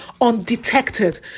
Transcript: undetected